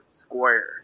square